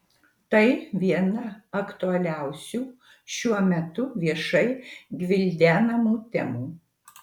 tai viena aktualiausių šiuo metu viešai gvildenamų temų